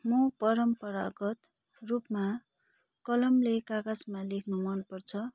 म परम्परागत रूपमा कलमले कागजमा लेख्नु मनपर्छ